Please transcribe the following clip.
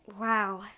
Wow